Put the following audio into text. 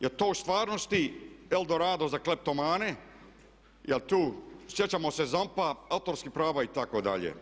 Jel to u stvarnosti Eldorado za kleptomane, jel to, sjećamo se ZAMP-a autorskih prava itd.